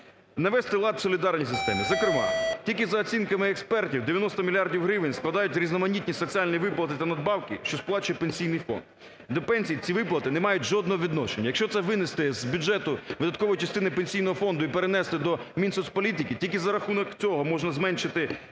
навести лад в солідарній системі. Зокрема, тільки за оцінками експертів 90 мільярдів гривень складають різноманітні соціальні виплати та надбавки, що сплачує Пенсійний фонд. До пенсії ці виплати не мають жодного відношення. Якщо це винести з бюджету видаткової частини Пенсійного фонду і перенести до Мінсоцполітики, тільки за рахунок цього можна зменшити дефіцит